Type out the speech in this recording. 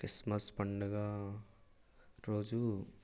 కిస్మస్ పండుగ రోజు